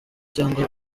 cyangwa